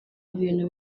ibintu